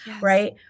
Right